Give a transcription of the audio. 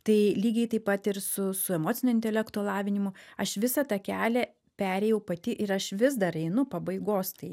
tai lygiai taip pat ir su su emocinio intelekto lavinimu aš visą tą kelią perėjau pati ir aš vis dar einu pabaigos tai